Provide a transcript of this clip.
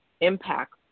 impact